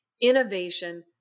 innovation